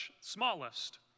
smallest